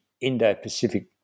Indo-Pacific